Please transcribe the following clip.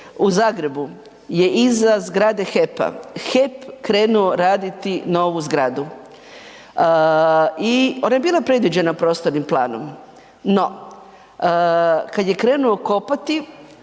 U Zagrebu je iza zgrade HEP-a HEP krenuo raditi novu zgradu i ona je bila predviđena prostornim planom, no kad je krenuo kopati,